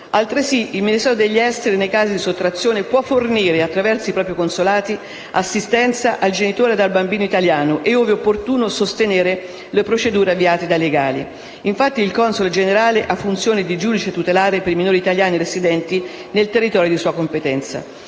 Altresì il Ministero degli affari esteri, nei casi di sottrazione, può fornire, attraverso i propri consolati, assistenza al genitore e al bambino italiani e, ove opportuno, sostenere le procedure avviate dai legali. Infatti, il console generale ha funzione di giudice tutelare per i minori italiani residenti nel territorio di sua competenza.